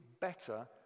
better